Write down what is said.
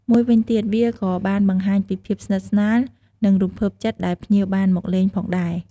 មួយវិញទៀត វាក៏បានបង្ហាញពីភាពស្និទ្ធស្នាល និងរំភើបចិត្តដែលភ្ញៀវបានមកលេងផងដែរ។